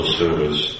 service